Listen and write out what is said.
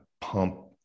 pump